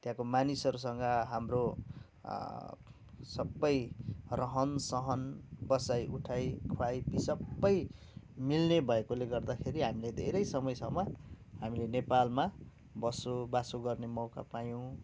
त्यहाँको मानिसहरूसँग हाम्रो सबै रहन सहन बसाइ उठाइ खवाइ पिई सबै मिल्ने भएकोले गर्दाखेरि हामीले धेरै समय सम्म हामीले नेपालमा बसोबासो गर्ने मौका पायौँ